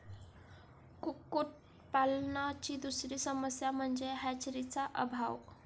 कुक्कुटपालनाची दुसरी समस्या म्हणजे हॅचरीचा अभाव